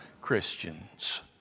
Christians